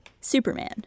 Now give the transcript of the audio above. Superman